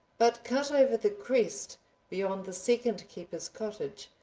but cut over the crest beyond the second keeper's cottage,